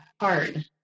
hard